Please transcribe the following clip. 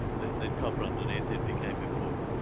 then then copper underneath it became important.